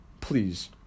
please